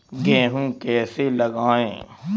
गेहूँ कैसे लगाएँ?